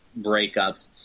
breakups